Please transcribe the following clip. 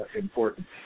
important